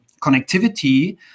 connectivity